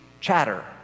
chatter